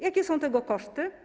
Jakie są tego koszty?